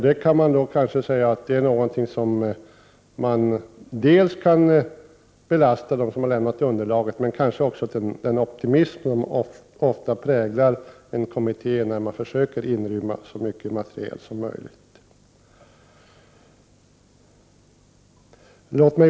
Detta kan sägas belasta de som har lämnat underlaget, men kanske också den optimism som ofta präglar en kommitté när man försöker inrymma så mycket materiel som möjligt.